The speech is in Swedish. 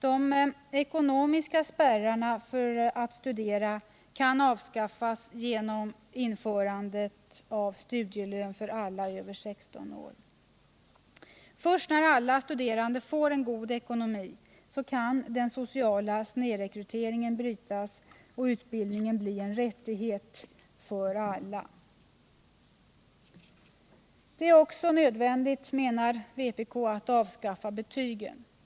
De ekonomiska spärrarna för att studera kan avskaffas genom införande av studielön för alla över 16 år. Först när alla studerande får en god ekonomi kan den sociala snedrekryteringen brytas och utbildningen bli en rättighet för alla. Det är också nödvändigt, menar vpk, att avskaffa betygen.